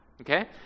okay